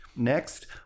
Next